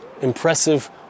impressive